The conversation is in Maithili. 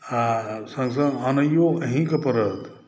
आ सङ्ग सङ्ग आनैओ अहींँकेँ पड़त